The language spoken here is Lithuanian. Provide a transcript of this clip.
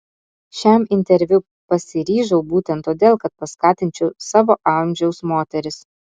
šiam interviu pasiryžau būtent todėl kad paskatinčiau savo amžiaus moteris